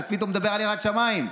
אתה פתאום מדבר על יראת שמיים.